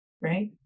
Right